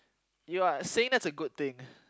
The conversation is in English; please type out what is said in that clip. you are saying that's a good thing